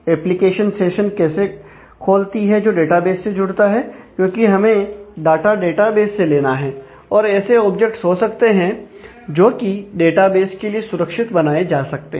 application session खोलती है जो डेटाबेस से जुड़ता है क्योंकि हमें डाटा डेटाबेस से लेना है और ऐसे ऑब्जेक्ट्स हो सकते हैं जो कि डेटाबेस के लिए सुरक्षित बनाए जा सकते हैं